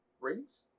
rings